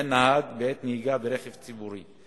וכן נהג בעת נהיגה ברכב ציבורי.